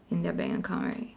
in their bank account right